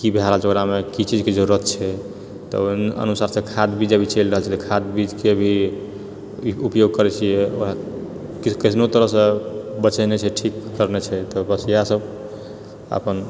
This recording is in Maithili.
की भए रहल छै ओकरामे की चीजके जरूरत छै तैँ अनुसारसँ खाद्य बीज अभी चलि रहल छै खाद्य बीजके भी ई उपयोग करैत छिऐ आओर के कैसनो तरहसँ बचेनाइ छै ठीक करनाए छै तऽ बस इएह सभ अपन